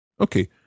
Okay